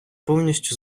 повністю